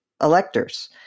electors